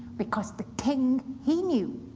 because the king, he knew,